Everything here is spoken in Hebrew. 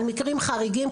יש מקרים חריגים,